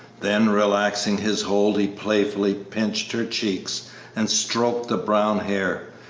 then, relaxing his hold, he playfully pinched her cheeks and stroked the brown hair,